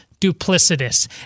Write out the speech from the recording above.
duplicitous